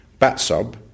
BATSUB